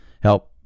help